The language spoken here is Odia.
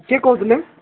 କିଏ କହୁଥିଲେ